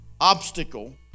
obstacle